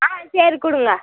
ஆ சரி கொடுங்க